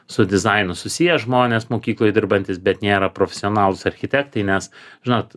su dizainu susiję žmonės mokykloj dirbantys bet nėra profesionalūs architektai nes žinot